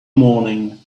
morning